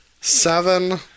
Seven